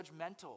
judgmental